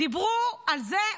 דיברו על זה,